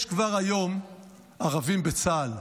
כבר היום יש ערבים בצה"ל,